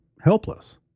helpless